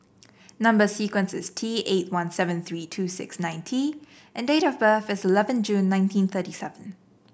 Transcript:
number sequence is T eight one seven three two six nine T and date of birth is eleven June nineteen thirty seven